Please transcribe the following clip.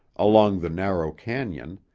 along the narrow canon,